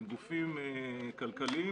הן גופים כלכליים.